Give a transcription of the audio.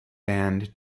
band